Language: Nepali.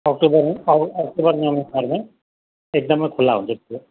अक्टोबर अक्टोबर नोभेम्बरमा एकदमै खुल्ला हुन्छ त्यो